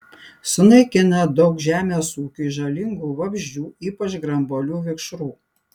sunaikina daug žemės ūkiui žalingų vabzdžių ypač grambuolių vikšrų